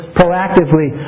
proactively